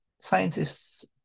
scientists